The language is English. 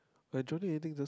by joining anything just